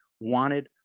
wanted